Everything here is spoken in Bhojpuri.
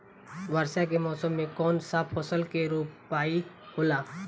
वर्षा के मौसम में कौन सा फसल के रोपाई होला?